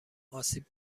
آسیب